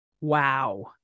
Wow